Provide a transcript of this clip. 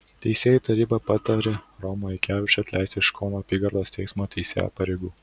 teisėjų taryba patarė romą aikevičių atleisti iš kauno apygardos teismo teisėjo pareigų